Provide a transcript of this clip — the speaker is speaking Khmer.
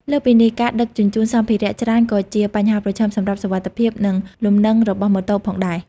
លើសពីនេះ ការដឹកជញ្ជូនសម្ភារៈច្រើនក៏ជាបញ្ហាប្រឈមសម្រាប់សុវត្ថិភាព និងលំនឹងរបស់ម៉ូតូផងដែរ។